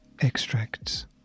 Extracts